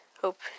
Hope